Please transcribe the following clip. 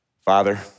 Father